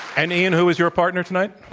and ian, who is your partner tonight?